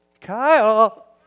Kyle